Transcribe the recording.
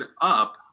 up